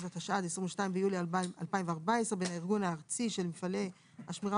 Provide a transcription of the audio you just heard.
התשע"ד (22 ביולי 2014) שבין הארגון הארצי של מפעלי השמירה